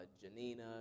Janina